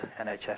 NHS